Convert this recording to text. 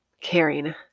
caring